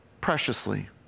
preciously